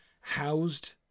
housed